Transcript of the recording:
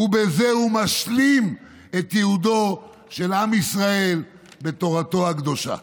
ובזה הוא משלים את ייעודו של עם ישראל בתורתו הקדושה.